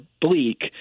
bleak